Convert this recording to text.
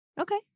Okay